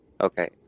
okay